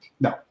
No